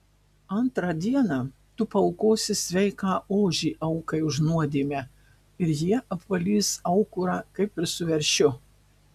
antrą dieną tu paaukosi sveiką ožį aukai už nuodėmę ir jie apvalys aukurą kaip ir su veršiu